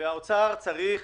והאוצר צריך